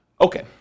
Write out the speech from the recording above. Okay